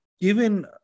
given